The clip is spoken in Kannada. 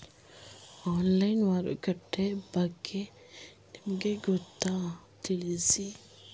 ಆನ್ಲೈನ್ ಮಾರುಕಟ್ಟೆ ಬಗೆಗೆ ನಿಮಗೆ ಗೊತ್ತೇ? ತಿಳಿಸಿ?